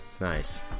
Nice